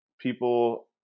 people